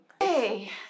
Hey